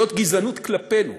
זאת גזענות כלפינו.